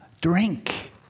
Drink